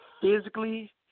physically